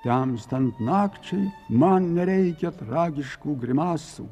temstant nakčiai man nereikia tragiškų grimasų